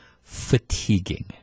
fatiguing